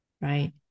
right